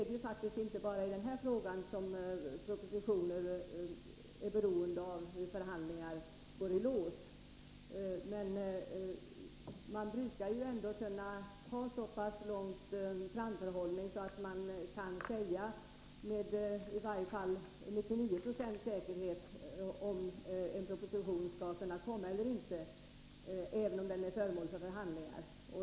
Det är inte bara i denna fråga som propositioner är beroende av hur förhandlingar går i lås, men man brukar ändå kunna ha så pass lång framförhållning att man kan säga med i varje fall 99 96 säkerhet om en proposition skall kunna läggas fram eller inte — även om den är föremål för förhandlingar.